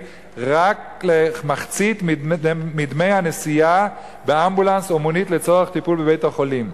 רק למחצית מדמי הנסיעה באמבולנס או מונית לצורך טיפול בבית-החולים,